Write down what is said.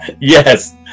Yes